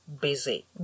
busy